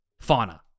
fauna